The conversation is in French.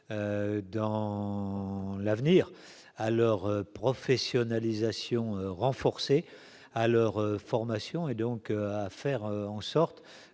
dans l'avenir, alors professionnalisation renforcée à leur formation et donc à faire en sorte